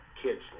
Kids